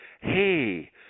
hey